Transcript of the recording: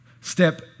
step